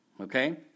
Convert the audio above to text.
okay